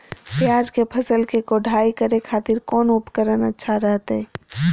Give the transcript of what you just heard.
प्याज के फसल के कोढ़ाई करे खातिर कौन उपकरण अच्छा रहतय?